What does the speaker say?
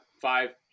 five